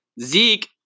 Zeke